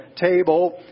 table